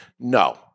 No